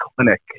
clinic